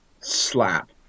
Slap